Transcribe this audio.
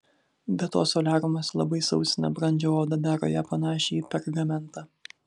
be to soliariumas labai sausina brandžią odą daro ją panašią į pergamentą